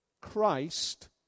Christ